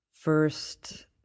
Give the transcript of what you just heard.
First